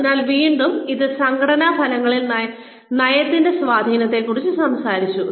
അതിനാൽ വീണ്ടും ഇത് സംഘടനാ ഫലങ്ങളിൽ നയത്തിന്റെ സ്വാധീനത്തെക്കുറിച്ച് സംസാരിച്ചു